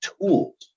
tools